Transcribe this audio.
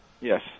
Yes